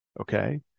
Okay